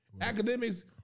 academics